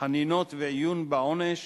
חנינות ועיון בעונש